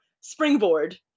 springboard